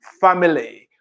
family